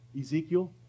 Ezekiel